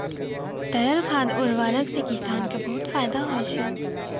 तरल खाद उर्वरक सें किसान क बहुत फैदा होय छै